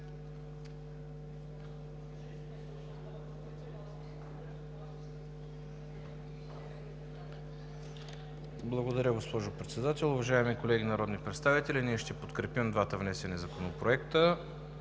Благодаря, госпожо Председател. Уважаеми колеги народни представители, ние ще подкрепим двата внесени законопроекта.